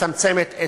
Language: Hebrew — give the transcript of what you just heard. מצמצמת,